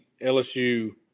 LSU